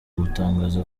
gutangaza